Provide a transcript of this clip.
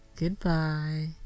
Goodbye